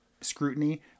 scrutiny